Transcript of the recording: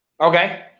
Okay